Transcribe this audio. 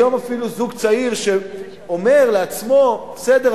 היום אפילו זוג צעיר שאומר לעצמו: בסדר,